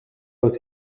als